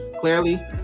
clearly